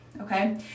Okay